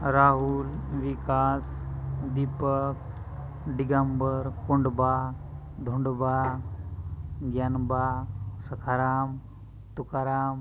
Rahul Vikas Deepak Digambar Kondoba Dhundoba Gyanba Sakharam Tukaram